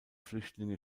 flüchtlinge